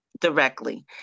directly